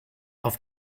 auf